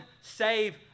save